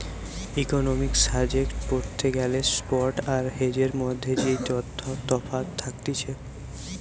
economics subject পড়তে গ্যালে spot আর হেজের মধ্যে যেই তফাৎ থাকতিছে